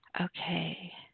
Okay